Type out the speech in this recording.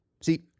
See